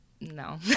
No